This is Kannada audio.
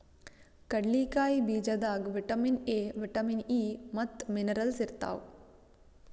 ಕಡ್ಲಿಕಾಯಿ ಬೀಜದಾಗ್ ವಿಟಮಿನ್ ಎ, ವಿಟಮಿನ್ ಇ ಮತ್ತ್ ಮಿನರಲ್ಸ್ ಇರ್ತವ್